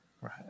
Right